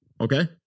Okay